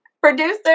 producer